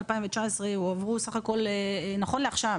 מ-2019 הועברו סך הכל נכון לעכשיו